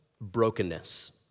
brokenness